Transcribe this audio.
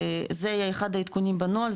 זה יהיה אחד העדכונים בנוהל,